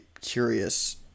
curious